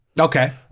Okay